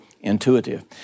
intuitive